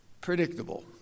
predictable